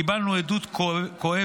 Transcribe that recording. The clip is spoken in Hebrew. קיבלנו עדות כואבת